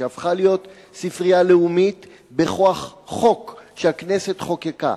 שהפך להיות ספרייה לאומית בכוח חוק שהכנסת חוקקה,